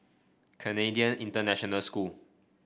Canadian International School